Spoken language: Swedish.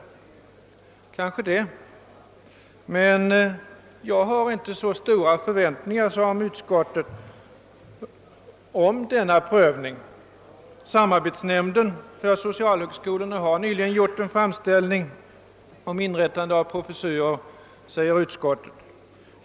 Kanske det, men jag har inte så stora förväntningar som utskottet om denna prövning. Samarbetsnämnden för socialhögskolorna har nyligen gjort en framställning om inrättande av professurer, står det i utskottsutlåtandet.